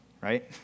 Right